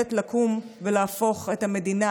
שעומדת לקום ולהפוך את המדינה